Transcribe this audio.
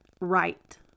right